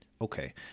Okay